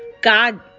God